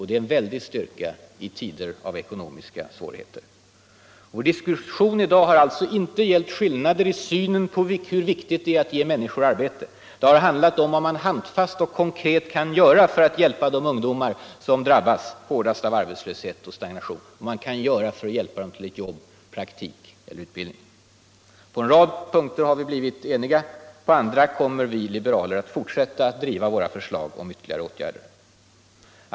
Det är en väldig styrka i tider av ekonomiska svårigheter. Vår diskussion i dag har alltså inte gällt skillnader i synen på hur viktigt det är att ge människor arbete. Det har handlat om vad man handfast och konkret kan göra för att hjälpa de ungdomar som drabbas hårdast av arbetslöshet och stagnation, vad man kan göra för att hjälpa dem till ett jobb, till praktik eller till utbildning. På en rad punkter har vi blivit eniga, på andra kommer vi liberaler att fortsätta driva våra förslag om ytterligare åtgärder.